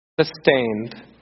sustained